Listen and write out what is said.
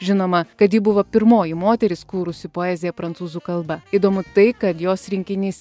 žinoma kad ji buvo pirmoji moteris kūrusi poeziją prancūzų kalba įdomu tai kad jos rinkinys